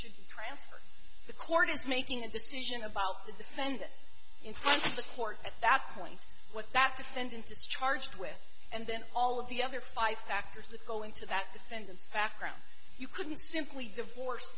should be transferred the court is making a decision about the defendant in front of the court at that point what that defendant is charged with and then all of the other five factors that go into that defendant's background you couldn't simply divorce